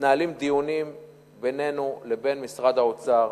מתנהלים דיונים בינינו לבין משרד האוצר,